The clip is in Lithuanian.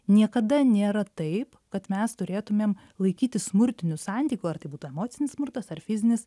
niekada nėra taip kad mes turėtumėm laikytis smurtinių santykių ar tai būtų emocinis smurtas ar fizinis